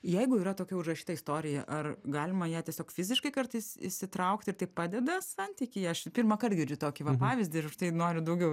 jeigu yra tokia užrašyta istorija ar galima ją tiesiog fiziškai kartais išsitraukti ir tai padeda santykyje aš jį pirmąkar girdžiu tokį va pavyzdį ir užtai noriu daugiau